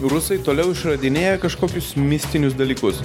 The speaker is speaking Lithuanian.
rusai toliau išradinėja kažkokius mistinius dalykus